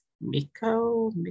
Miko